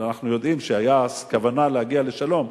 אנחנו יודעים שהיתה אז כוונה להגיע לשלום,